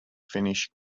finish